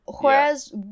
Whereas